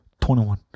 21